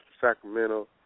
Sacramento